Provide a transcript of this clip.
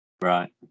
Right